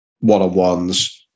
one-on-ones